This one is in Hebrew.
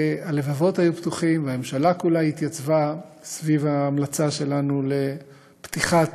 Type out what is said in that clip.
והלבבות היו פתוחים והממשלה כולה התייצבה סביב ההמלצה שלנו לפתיחת